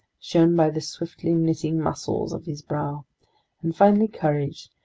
shown by the swiftly knitting muscles of his brow and finally courage,